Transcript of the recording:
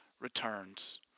returns